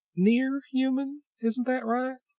near-human. isn't that right?